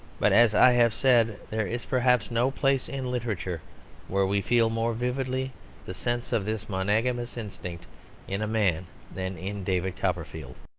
but, as i have said, there is perhaps no place in literature where we feel more vividly the sense of this monogamous instinct in man than in david copperfield.